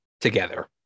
together